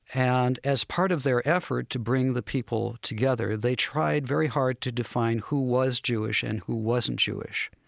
and as part of their effort to bring the people together, they tried very hard to define who was jewish and who wasn't jewish.